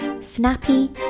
snappy